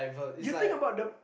you think about the